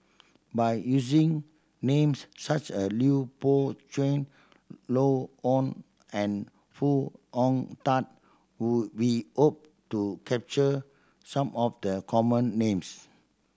by using names such as Lui Pao Chuen Joan Hon and Foo Hong Tatt we hope to capture some of the common names